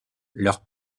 leur